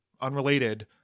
unrelated